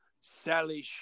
Sally